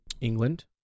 England